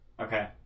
Okay